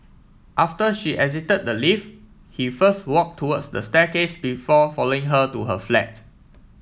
after she exited the lift he first walked towards the staircase before following her to her flat